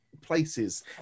places